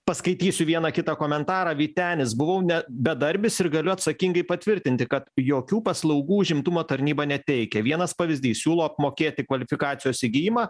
paskaitysiu vieną kitą komentarą vytenis buvau ne bedarbis ir galiu atsakingai patvirtinti kad jokių paslaugų užimtumo tarnyba neteikia vienas pavyzdys siūlo apmokėti kvalifikacijos įgijimą